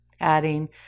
adding